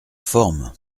forme